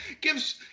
gives